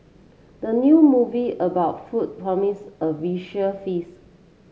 the new movie about food promises a visual feast